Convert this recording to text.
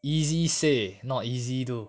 easy say not easy do